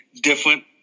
different